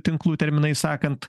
tinklų terminais sakant